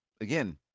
again